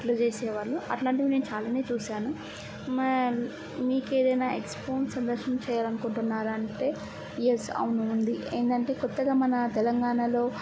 అలా చేసేవాళ్ళు అట్లాంటివి నేను చాలానే చూసాను మీకు ఏదేనా ఎక్సపోని సందర్శించేయాలనుకుంటున్నారా అంటే ఎస్ అవును ఉంది ఏంటంటే కొత్తగా మన తెలంగాణలో